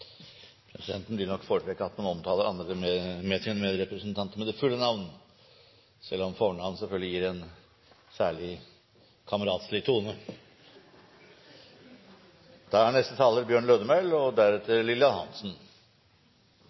Presidenten vil nok foretrekke at man omtaler sine medrepresentanter med deres fulle navn, selv om fornavn selvfølgelig gir en særlig kameratslig tone. Det var uansett eit glimrande innlegg frå representanten Bakke-Jensen. Landbruksnæringa er